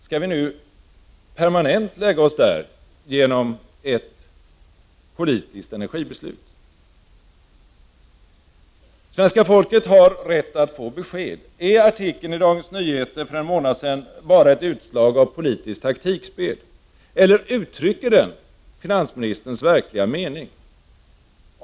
Skall vi nu genom ett politiskt energibeslut permanent lägga oss på den nivån? Svenska folket har rätt att få besked. Är artikeln i Dagens Nyheter för en månad sedan bara ett utslag av politiskt taktikspel, eller uttrycker den finansministerns verkliga mening?